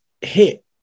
hit